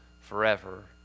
forever